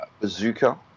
bazooka